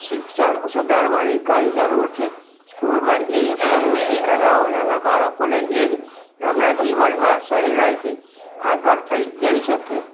શિક્ષણ સુધારવાની ઘણી જરૂર છે સ્કૂલમાં એવી પ્રવૃત્તિ કરાવો નાના બાળકોને એ જ એમનાં જીવનમાં સહેલાઈથી આગળ થઈ જઈ શકે